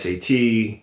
SAT